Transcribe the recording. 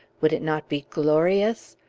would it not be glorious?